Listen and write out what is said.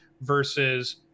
versus